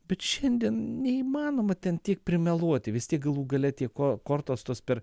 bet šiandien neįmanoma ten tiek primeluoti vis tiek galų gale tie ko kortos tos per